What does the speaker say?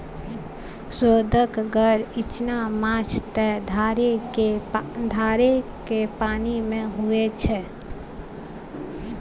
सोअदगर इचना माछ त धारेक पानिमे होए छै